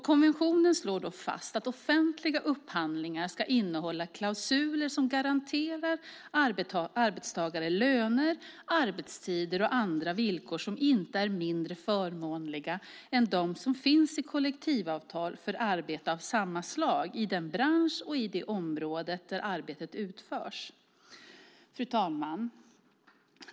Konventionen slår fast att offentliga upphandlingar ska innehålla klausuler som garanterar arbetstagare löner, arbetstider och andra villkor som inte är mindre förmånliga än de som finns i kollektivavtal för arbete av samma slag i den bransch och i det område där arbetet utförs. Fru talman!